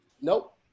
Nope